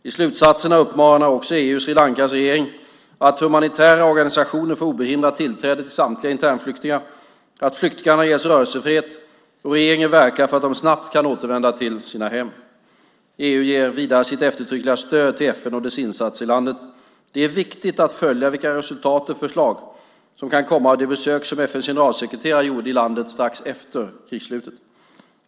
I slutsatserna uppmanar också EU Sri Lankas regering att humanitära organisationer får obehindrat tillträde till samtliga internflyktingar, att flyktingarna ges rörelsefrihet och att regeringen verkar för att de snabbt kan återvända till sina hem. EU ger vidare sitt eftertryckliga stöd till FN och dess insatser i landet. Det är viktigt att följa vilka resultat och förslag som kan komma av det besök som FN:s generalsekreterare gjorde i landet strax efter krigsslutet.